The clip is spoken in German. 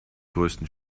größten